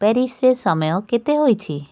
ପ୍ୟାରିସ୍ରେ ସମୟ କେତେ ହୋଇଛି